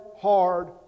hard